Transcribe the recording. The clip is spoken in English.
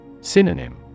Synonym